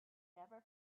never